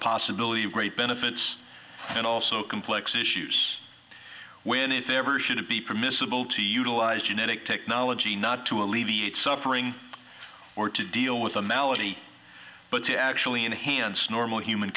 possibility of great benefits and also complex issues when if ever should be permissible to utilize united technology not to alleviate suffering or to deal with a malady but to actually enhance normal human